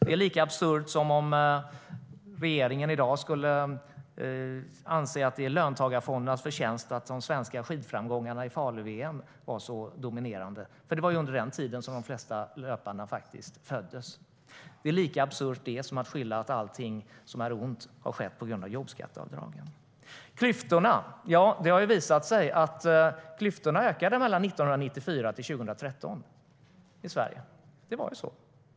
Det är lika absurt som om regeringen i dag skulle anse att det är löntagarfondernas förtjänst att de svenska skidframgångarna i VM i Falun var så dominerande - det var ju under den tiden som de flesta åkarna föddes. Det är lika absurt som att säga att allting som är ont har skett på grund av jobbskatteavdragen. Det har visat sig att klyftorna i Sverige ökade mellan 1994 och 2013. Det var så.